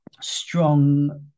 strong